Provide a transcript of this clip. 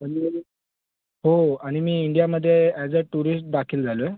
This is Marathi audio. पण मी हो आणि मी इंडियामध्ये अॅज अ टुरिस्ट दाखल झालो आहे